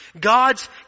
God's